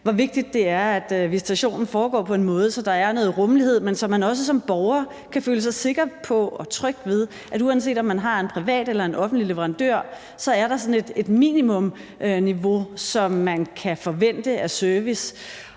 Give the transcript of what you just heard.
hvor vigtigt det er, at visitationen foregår på en måde, så der er noget rummelighed, men så man også som borger kan føle sig sikker på og tryg ved, at uanset om man har en privat eller en offentlig leverandør, er der et minimumsniveau, som man kan forvente af service.